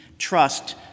Trust